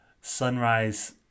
sunrise